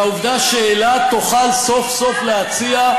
והעובדה שאילת תוכל סוף-סוף להציע,